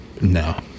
No